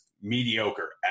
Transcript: mediocre